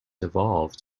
evolved